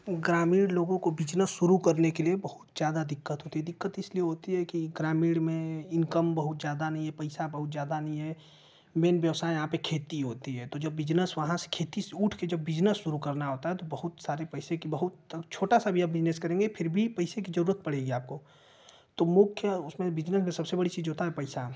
ग्रामीण लोगों को बिजनेस शुरू करने के लिए बहुत ज़्यादा दिक्कत होती है दिक्कत इसलिए होती है की ग्रामीण में इनकम बहुत ज़्यादा नहीं है पैसा बहुत ज़्यादा नहीं है मेन व्यवसाय यहाँ पे खेती होती है तो बिजनेस वहाँ से खेती से उठ कर जब बिजनेस शुरू करना होता है तो बहुत सारे पैसे की बहुत छोटा सा भी बिजनेस करेंगे फिर भी पैसे की जरूरत पड़ेगी आपको तो मुख्य उसमें बिजनेस में सबसे बड़ी चीज होता है पैसा